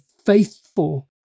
faithful